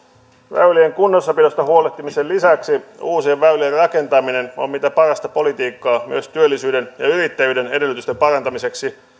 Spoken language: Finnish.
väylien kunnossapidosta huolehtimisen lisäksi uusien väylien rakentaminen on mitä parasta politiikkaa myös työllisyyden ja ja yrittäjyyden edellytysten parantamiseksi